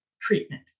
treatment